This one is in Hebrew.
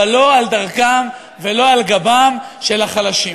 אבל לא על דרכם ולא על גבם של החלשים.